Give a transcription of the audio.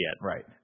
Right